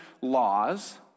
laws